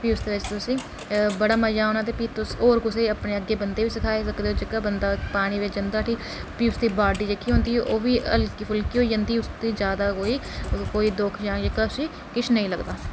प्ही उसलै तुसेंई बड़ा मजा औना ते फ्ही तुस होर कुसै ई अपने अग्गै बंदे ई बी सखाई सकदे ओ जेह्का बंदा पानी बिच जंदा उठी प्ही उस दी बाडी जेह्की होंदी ओह् बी हल्की फुल्की होई जंदी प्ही उस गी जादा कोई दुख जां जेह्का उसी किश नेईं लगदा